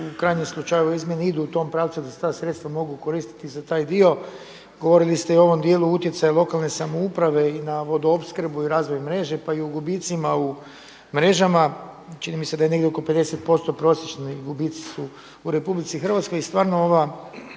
u krajnjem slučaju izmjene idu u tom pravcu da se ta sredstva mogu koristiti za taj dio, govorili ste i o ovom dijelu utjecaja lokalne samouprave i na vodoopskrbu i razvoj mreže pa o gubicima u mrežama, čini mi se da je negdje oko 50% prosječni gubici su u RH i stvarno ovaj